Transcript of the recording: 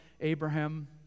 Abraham